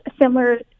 similar